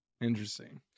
Interesting